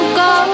go